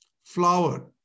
flower